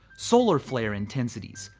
solar flare intensities,